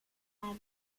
här